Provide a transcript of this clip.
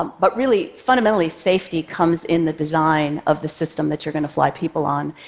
um but really, fundamentally, safety comes in the design of the system that you're going to fly people on,